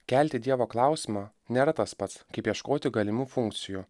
kelti dievo klausimą nėra tas pats kaip ieškoti galimų funkcijų